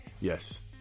Yes